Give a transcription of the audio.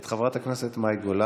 את חברת הכנסת מאי גולן,